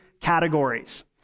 categories